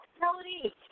Melody